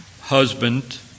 husband